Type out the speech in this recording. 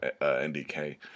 NDK